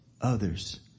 others